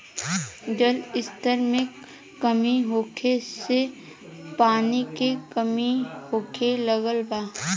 जल स्तर में कमी होखे से पानी के कमी होखे लागल बा